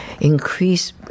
increase